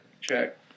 check